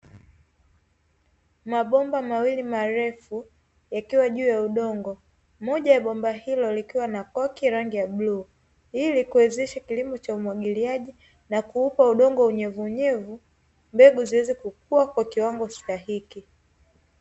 Mabomba mawili marefu yakiwa juu ya udongo, moja ya bomba hilo likiwa na koki rangi ya bluu, ili kuwezesha kilimo cha umwagiliaji na kuupa udongo unyevuunyevu, mbegu ziweze kukua katika kiwango stahiki.